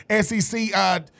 SEC